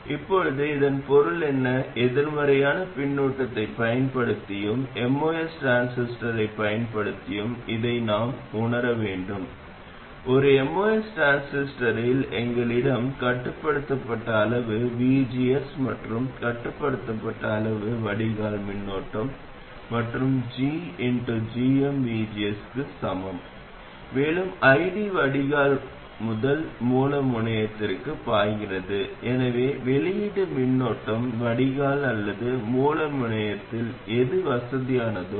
இப்போது நீங்கள் தற்போதைய இடையகத்தைப் பயன்படுத்தினால் இது தற்போதைய இடையகமாகும் இது மிகக் குறைந்த உள்ளீட்டு எதிர்ப்பைக் கொண்டிருக்கும் அதாவது அந்த மின்னோட்டம் அனைத்தும் உள்ளீட்டிற்குச் செல்லும் மற்றும் வெளியீட்டு மின்னோட்டம் உள்ளீட்டிற்குச் சமமாக இருக்கும்